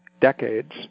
decades